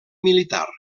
militar